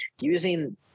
using